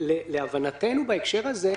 להבנתנו בהקשר הזה,